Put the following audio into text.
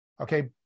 Okay